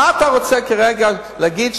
מה אתה רוצה כרגע להגיד,